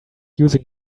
using